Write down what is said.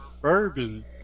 Bourbon